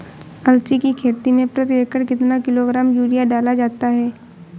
अलसी की खेती में प्रति एकड़ कितना किलोग्राम यूरिया डाला जाता है?